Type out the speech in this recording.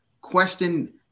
question